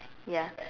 ya